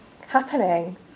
happening